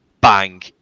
bang